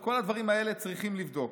את כל הדברים האלה צריכים לבדוק.